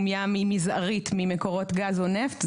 ים היא מזערית ממקורות גז או נפט.